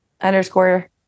underscore